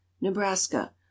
Nebraska